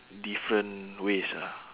different ways ah